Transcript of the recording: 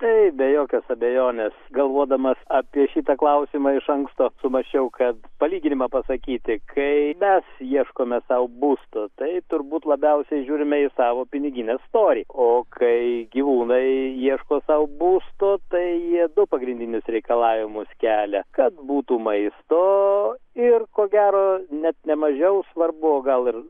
tai be jokios abejonės galvodamas apie šitą klausimą iš anksto sumąsčiau kad palyginimą pasakyti kai mes ieškome sau būsto tai turbūt labiausiai žiūrime į savo piniginės storį o kai gyvūnai ieško sau būsto tai jie du pagrindinius reikalavimus kelia kad būtų maisto ir ko gero net nemažiau svarbu o gal ir